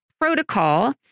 protocol